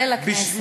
ולכנסת.